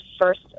first